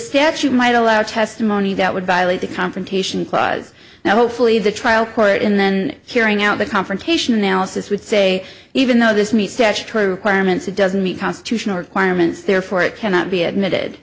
statute might allow testimony that would violate the confrontation clause now hopefully the trial court and then carrying out the confrontation analysis would say even though this means statutory requirements it doesn't meet constitutional requirements therefore it cannot be admitted